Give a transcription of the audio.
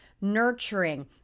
nurturing